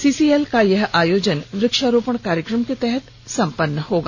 CCL का यह आयोजन वृक्षारोपण कार्यक्रम के तहत संपन्न होगा